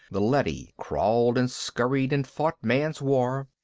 the leady crawled and scurried, and fought man's war.